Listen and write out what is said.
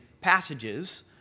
passages